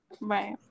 Right